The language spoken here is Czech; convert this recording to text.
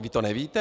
Vy to nevíte?